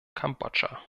kambodscha